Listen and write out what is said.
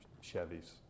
Chevy's